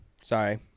Sorry